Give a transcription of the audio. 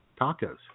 tacos